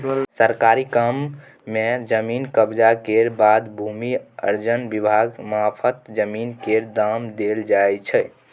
सरकारी काम मे जमीन कब्जा केर बाद भू अर्जन विभाग मारफत जमीन केर दाम देल जाइ छै